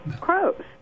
crows